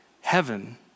heaven